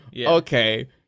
Okay